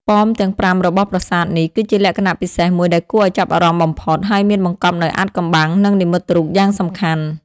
ប៉មទាំងប្រាំរបស់ប្រាសាទនេះ គឺជាលក្ខណៈពិសេសមួយដែលគួរឲ្យចាប់អារម្មណ៍បំផុត ហើយមានបង្កប់នូវអាថ៌កំបាំង និងនិមិត្តរូបយ៉ាងសំខាន់។